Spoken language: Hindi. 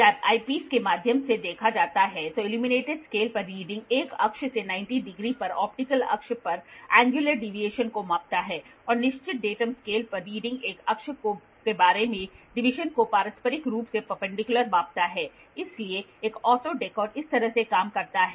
जब ऐपिस के माध्यम से देखा जाता है तो इल्यूमिनेटेड स्केल पर रीडिंग 1 अक्ष से 90 डिग्री पर ऑप्टिकल अक्ष पर एंगयुलर डीवीएशन को मापता है और निश्चित डेटम स्केल पर रीडिंग एक अक्ष के बारे में डीवीएशन को पारस्परिक रूप से परपेंडिकयुलर मापता है इसलिए एक ऑटो डेकोर इस तरह काम करता है